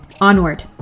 onward